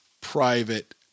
private